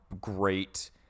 great